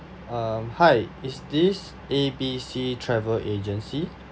um hi is this A B C travel agency